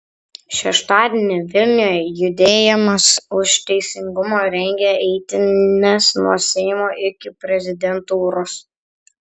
šeštadienį vilniuje judėjimas už teisingumą rengia eitynes nuo seimo iki prezidentūros